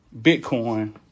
Bitcoin